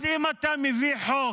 אז אם אתה מביא חוק